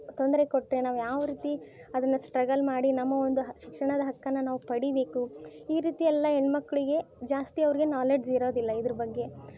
ತೊಂದರೆ ಕೊಟ್ಟರೆ ನಾವು ಯಾವರೀತಿ ಅದನ್ನು ಸ್ಟ್ರಗಲ್ ಮಾಡಿ ನಮ್ಮ ಒಂದು ಶಿಕ್ಷಣದ ಹಕ್ಕನ್ನು ನಾವು ಪಡೀಬೇಕು ಈ ರೀತಿ ಎಲ್ಲ ಹೆಣ್ಮಕ್ಳಿಗೆ ಜಾಸ್ತಿ ಅವರಿಗೆ ನಾಲೆಜ್ ಇರೋದಿಲ್ಲ ಇದ್ರ ಬಗ್ಗೆ